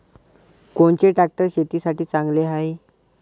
कोनचे ट्रॅक्टर शेतीसाठी चांगले हाये?